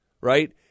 Right